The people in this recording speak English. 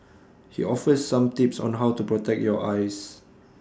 he offers some tips on how to protect your eyes